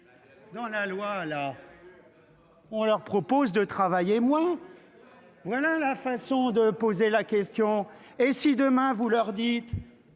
Dans la loi là. On leur propose de travailler moins. Voilà la façon de poser la question et si demain vous leur dites.